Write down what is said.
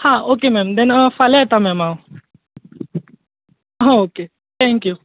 हां okay ma'am then फाल्यां येता मॅम हांव हां ओके थँक्यू